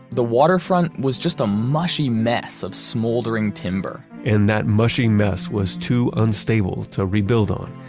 the waterfront was just a mushy mess of smoldering timber. and that mushy mess was too unstable to rebuild on.